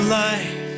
life